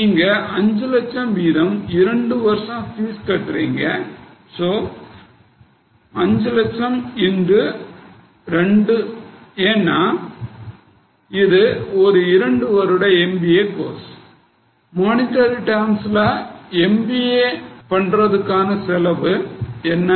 நீங்க அஞ்சு லட்சம் வீதம் இரண்டு வருஷம் பீஸ் கட்டுறீங்க சோ 5 lakhs into 2 ஏன்னா இது ஒரு இரண்டு வருட M B A course monetary terms ல எம்பிஏ பண்றதுக்கான செலவு என்ன